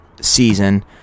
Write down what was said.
season